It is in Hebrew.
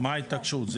מה ההתעקשות?